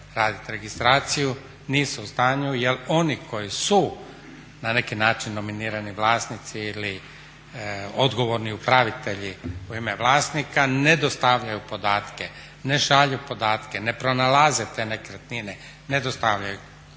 radit registraciju nisu u stanju jer oni koji su na neki način nominirani vlasnici ili odgovorni upravitelji u ime vlasnika ne dostavljaju podatke, ne šalju podatke, ne pronalaze te nekretnine, ne dostavljaju.